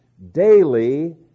daily